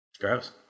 Gross